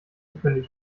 fündig